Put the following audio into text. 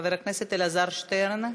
חבר הכנסת אלעזר שטרן.